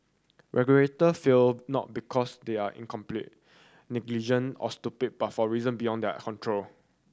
regulator fail not because they are incompetent negligent or stupid but for reason beyond their control